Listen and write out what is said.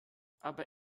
aber